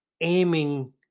aiming